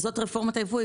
זאת רפורמת היבוא,